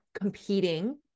competing